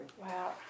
Wow